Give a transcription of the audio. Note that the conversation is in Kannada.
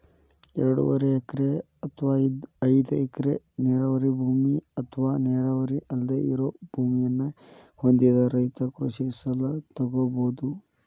ಎರಡೂವರೆ ಎಕರೆ ಅತ್ವಾ ಐದ್ ಎಕರೆ ನೇರಾವರಿ ಭೂಮಿ ಅತ್ವಾ ನೇರಾವರಿ ಅಲ್ದೆ ಇರೋ ಭೂಮಿಯನ್ನ ಹೊಂದಿದ ರೈತ ಕೃಷಿ ಸಲ ತೊಗೋಬೋದು